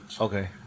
okay